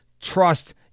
trust